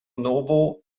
novo